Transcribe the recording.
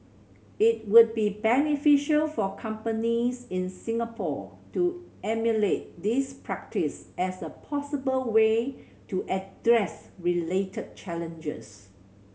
it would be beneficial for companies in Singapore to emulate this practice as a possible way to address related challenges